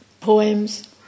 poems